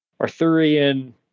Arthurian